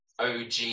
OG